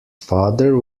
father